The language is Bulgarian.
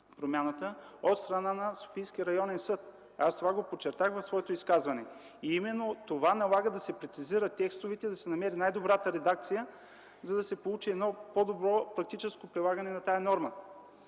от страна на Софийския районен съд. Това го подчертах в своето изказване. Именно това налага да се прецизират текстовете и да се намери най-добрата редакция, за да се получи по-добро практическо прилагане на тази норма.